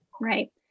Right